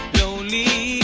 lonely